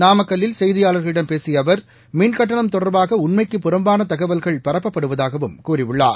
நாமக்கல்லில் செய்தியாளர்களிடம் பேசிய அவர் மின் கட்டணம் தொடர்பாக உண்மைக்கு புறம்பான தகவல்கள் பரப்பப்படுவதாகவும் கூறியுள்ளார்